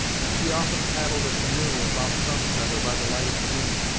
and she often paddled a canoe, about sunset or by the light of the moon,